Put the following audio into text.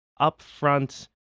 upfront